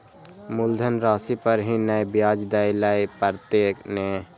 मुलधन राशि पर ही नै ब्याज दै लै परतें ने?